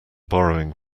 borrowing